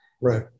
Right